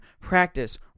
practice